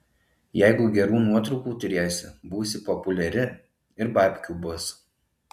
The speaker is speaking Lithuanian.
jeigu gerų nuotraukų turėsi būsi populiari ir babkių bus